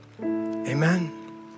Amen